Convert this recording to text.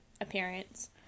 appearance